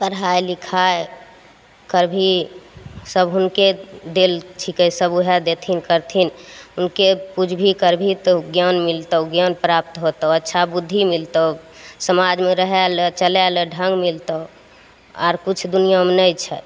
पढ़ाइ लिखाइ करबहि सभ हुनके देल छिकै सभ ओहे देथिन करथिन हुनके पूज भी कर भी तब ज्ञान मिलतौ ज्ञान प्राप्त होतौ अच्छा बुद्धि मिलतौ समाजमे रहय लए चलय लए ढङ्ग मिलतौ आर किछु दुनिआँमे नहि छै